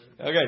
Okay